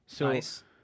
Nice